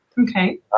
Okay